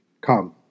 Come